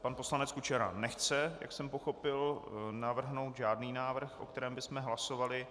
Pan poslanec Kučera nechce, jak jsem pochopil, navrhnout žádný návrh, o kterém bychom hlasovali.